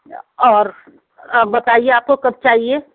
اور اب بتائیے آپ کو کب چاہیے